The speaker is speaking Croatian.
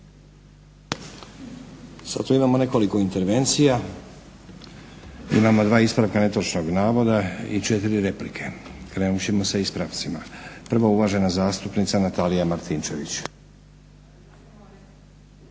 Sad tu imamo nekoliko intervencija. Imamo dva ispravka netočnog navoda i 4 replike. Krenut ćemo sa ispravcima. Prvo uvažena zastupnica Natalija Martinčević.